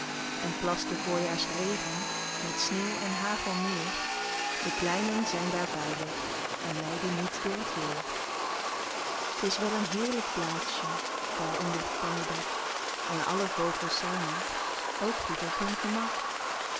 en plast de voorjaarsregen met sneeuw en hagel neer de kleinen zijn daar veilig en lijden niet door t weer t is wel een heerlijk plaatsje daar onder t pannendak en alle vogels zijn er ook goed op hun gemak